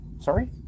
sorry